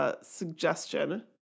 Suggestion